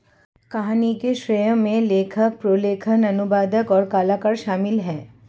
कहानी के श्रेय में लेखक, प्रलेखन, अनुवादक, और कलाकार शामिल हैं